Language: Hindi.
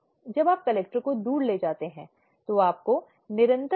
यह परीक्षा का रंग लेता है पक्षों की जिरहप्रति परीक्षा